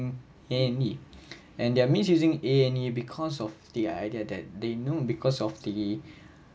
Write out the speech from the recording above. a and e and they're misusing a and e because of the idea that they know because of the